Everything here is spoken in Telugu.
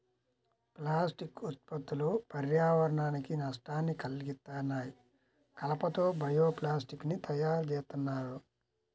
ప్లాస్టిక్ ఉత్పత్తులు పర్యావరణానికి నష్టాన్ని కల్గిత్తన్నాయి, కలప తో బయో ప్లాస్టిక్ ని తయ్యారుజేత్తన్నారు